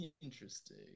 interesting